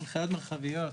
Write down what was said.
הנחיות מרחביות,